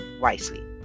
wisely